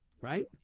right